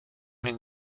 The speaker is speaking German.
den